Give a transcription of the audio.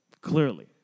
clearly